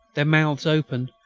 their mouths open,